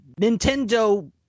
Nintendo